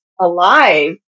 alive